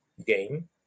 game